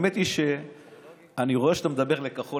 האמת היא שאני רואה שאתה מדבר לכחול